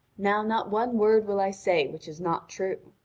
now not one word will i say which is not true.